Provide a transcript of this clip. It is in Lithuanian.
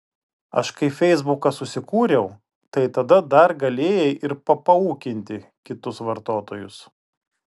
aš kai feisbuką susikūriau tai tada dar galėjai ir papaukinti kitus vartotojus